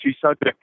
subject